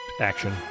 action